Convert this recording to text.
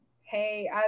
Hey